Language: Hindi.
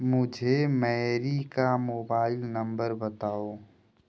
मुझे मैरी का मोबाइल नम्बर बताओ